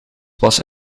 was